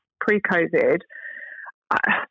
pre-COVID